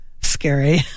scary